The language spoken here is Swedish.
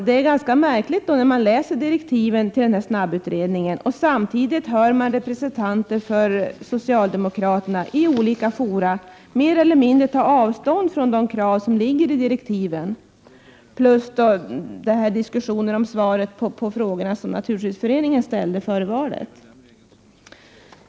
Det är ganska märkligt att läsa direktiven till snabbutredningen och samtidigt höra representanter för socialdemokraterna i olika fora mer eller mindre ta avstånd från de krav som ligger i direktiven, plus diskussionen om svaren på frågorna som Naturskyddsföreningen ställde före valet.